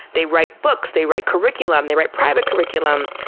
they write books, they write curriculum, they write private curriculum.